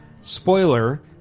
Spoiler